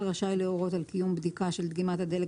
המנהל רשאי להורות על קיום בדיקה של דגימת הדלק